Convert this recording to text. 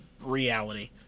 reality